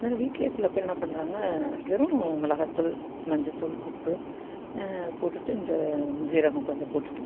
இருந்தாலும் வீட்டில் சில பேர் என்ன பண்ணுறாங்க வெறும் மிளகாய் தூள் மஞ்சள்தூள் உப்பு போட்டுட்டு இந்த ஜீரகம் கொஞ்சம் போட்டுட்டு